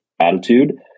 attitude